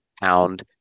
pound